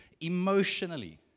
emotionally